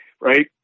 right